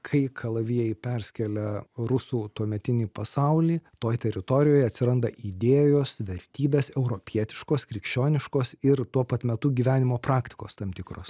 kai kalavijai perskelia rusų tuometinį pasaulį toj teritorijoj atsiranda idėjos vertybės europietiškos krikščioniškos ir tuo pat metu gyvenimo praktikos tam tikros